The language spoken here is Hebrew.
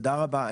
תודה רבה.